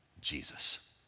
Jesus